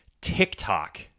TikTok